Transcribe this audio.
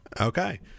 Okay